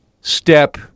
step